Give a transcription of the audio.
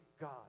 God